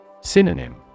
Synonym